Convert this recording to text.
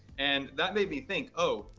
and that made me think, oh,